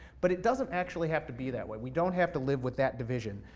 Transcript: but it doesn't actually have to be that way. we don't have to live with that division,